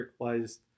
realized